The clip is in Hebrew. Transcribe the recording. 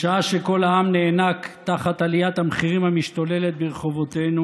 בשעה שכל העם נאנק תחת עליית המחירים המשתוללת ברחובותינו,